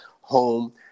home